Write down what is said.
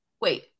wait